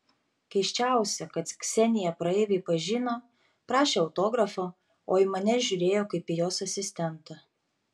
keisčiausia kad kseniją praeiviai pažino prašė autografo o į mane žiūrėjo kaip į jos asistentą